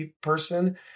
person